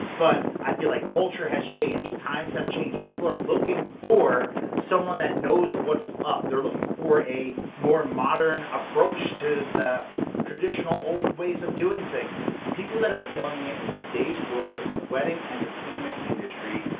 but i feel like culture has changed, times have changed, people are looking for someone that knows what's up. they're looking for a more modern approach to the traditional old ways of doing things. people that are killing it in today's world, in the wedding entertainment industry,